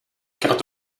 quant